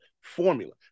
formula